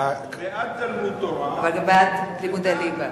בעד תלמוד-תורה, אבל, אבל בעד לימודי ליבה.